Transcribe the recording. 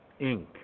Inc